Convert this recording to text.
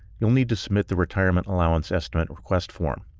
you'll need to submit the retirement allowance estimate request form.